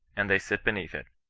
and they sit beneath it,